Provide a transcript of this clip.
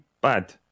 bad